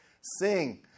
Sing